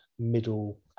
middle